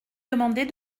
demander